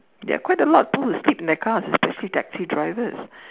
there are quite a lot people that sleep in their cars especially taxi drivers